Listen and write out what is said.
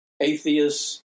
atheists